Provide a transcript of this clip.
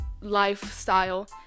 lifestyle